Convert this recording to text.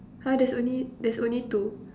!huh! there's only there's only two